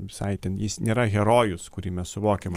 visai ten jis nėra herojus kurį mes suvokiama